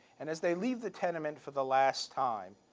and as they leave the tenement for the last time,